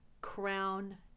crown